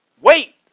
Wait